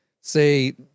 say